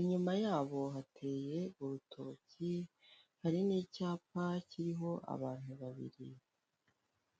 inyuma yabo hateye urutoki hari n'icyapa kiriho abantu babiri.